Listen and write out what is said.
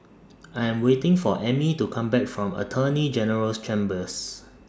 I Am waiting For Emmy to Come Back from Attorney General's Chambers